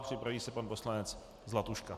Připraví se pan poslanec Zlatuška.